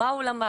מה הוא למד,